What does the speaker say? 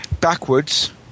backwards